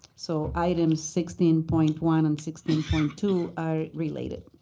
so item sixteen point one and sixteen point two are related.